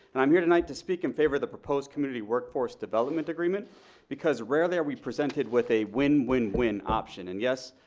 and i'm here tonight to speak in favor of the proposed community workforce development agreement because rarely are we presented with a win win win option, and yes,